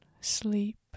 sleep